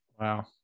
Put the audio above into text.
wow